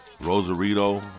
Rosarito